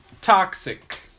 toxic